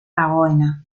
dagoena